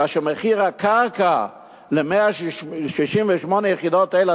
כאשר מחיר הקרקע ל-168 היחידות האלה,